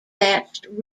thatched